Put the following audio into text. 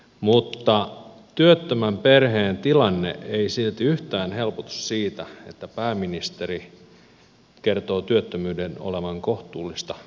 mutta työttömän perheen tilanne ei silti yhtään helpotu siitä että pääministeri kertoo työttömyyden olevan kohtuullista olosuhteisiin nähden